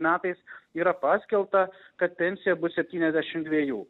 metais yra paskelbta kad pensija bus septyniasdešim dviejų